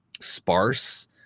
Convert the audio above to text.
sparse